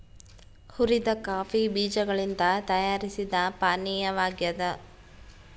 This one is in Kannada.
ಹುರಿದ ಕಾಫಿ ಬೀಜಗಳಿಂದ ತಯಾರಿಸಿದ ಪಾನೀಯವಾಗ್ಯದ